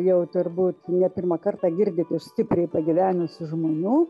jau turbūt ne pirmą kartą girdit iš stipriai pagyvenusių žmonių